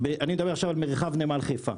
אני מדבר עכשיו על מרחב נמל חיפה.